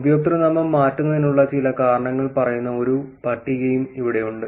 ഉപയോക്തൃനാമം മാറ്റുന്നതിനുള്ള ചില കാരണങ്ങൾ പറയുന്ന ഒരു പട്ടികയും ഇവിടെയുണ്ട്